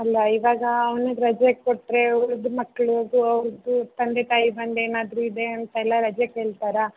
ಅಲ್ಲ ಇವಾಗ ಅವ್ನಿಗೆ ರಜೆ ಕೊಟ್ಟರೆ ಉಳ್ದ ಮಕ್ಳಿಗೂ ಅವ್ರದು ತಂದೆ ತಾಯಿ ಬಂದು ಏನಾದರೂ ಇದೆ ಅಂತೆಲ್ಲ ರಜೆ ಕೇಳ್ತಾರಾ